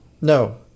No